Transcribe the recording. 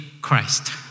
Christ